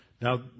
Now